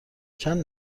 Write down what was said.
چند